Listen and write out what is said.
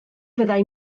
fyddai